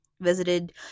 Visited